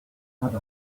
adults